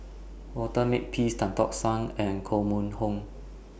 Walter Makepeace Tan Tock San and Koh Mun Hong